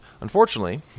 Unfortunately